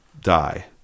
die